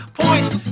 points